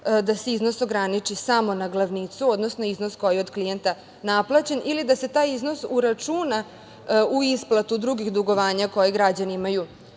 da se iznos ograniči samo na glavnicu, odnosno iznos koji je od klijenta naplaćen ili da se taj iznos uračuna u isplatu drugih dugovanja koja građani imaju